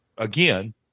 Again